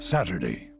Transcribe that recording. Saturday